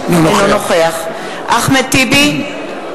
אינו נוכח אחמד טיבי,